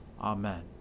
Amen